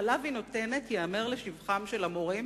חלב היא נותנת, ייאמר לשבחם של המורים